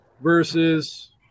versus